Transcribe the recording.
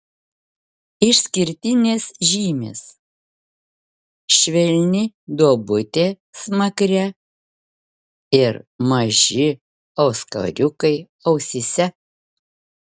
išskirtinės žymės švelni duobutė smakre ir maži auskariukai ausyse